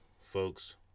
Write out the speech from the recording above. folks